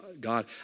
God